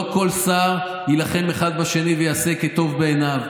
לא כל שר יילחם אחד בשני ויעשה כטוב בעיניו.